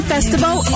Festival